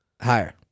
Higher